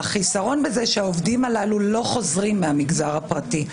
החיסרון בזה הוא שהעובדים הללו מהמגזר הפרטי לא חוזרים.